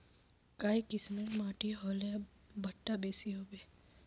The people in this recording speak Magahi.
काई किसम माटी होले भुट्टा बेसी होबे?